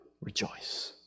rejoice